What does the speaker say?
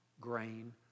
grain